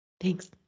Thanks